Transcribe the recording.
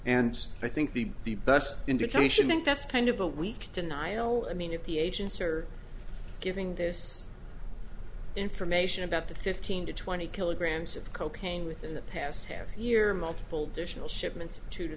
and i think the the best indication that that's kind of a weak denial i mean if the agents are giving this information about the fifteen to twenty kilograms of cocaine within the past half year multiple dishes all shipments of two to